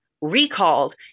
recalled